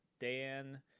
Dan